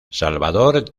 salvador